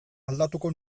aldatuko